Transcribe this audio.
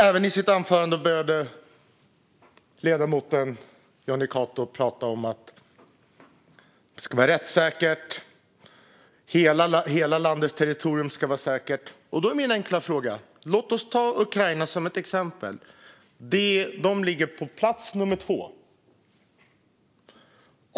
I sitt anförande började ledamoten Jonny Cato även tala om att det ska vara rättssäkert och att hela landets territorium ska vara säkert. Då har jag en enkel fråga. Låt oss ta Ukraina som ett exempel. De ligger på plats nummer 2.